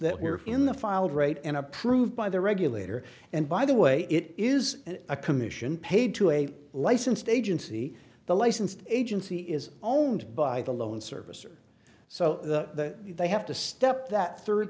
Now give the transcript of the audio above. that were in the filed right and approved by the regulator and by the way it is a commission paid to a licensed agency the licensed agency is owned by the loan service or so that they have to step that third